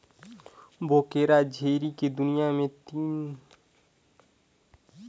बोकरा छेरी के दुनियां में तीन सौ ले जादा नसल हे